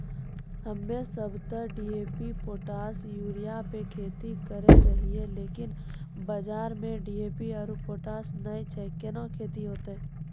हम्मे सब ते डी.ए.पी पोटास आरु यूरिया पे खेती करे रहियै लेकिन बाजार मे डी.ए.पी आरु पोटास नैय छैय कैना खेती होते?